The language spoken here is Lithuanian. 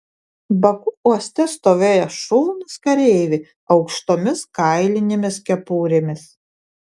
baku uoste stovėjo šaunūs kareiviai aukštomis kailinėmis kepurėmis